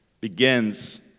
begins